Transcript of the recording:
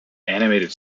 animated